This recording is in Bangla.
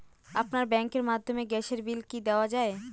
আপনার ব্যাংকের মাধ্যমে গ্যাসের বিল কি দেওয়া য়ায়?